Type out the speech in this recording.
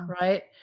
Right